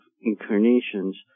incarnations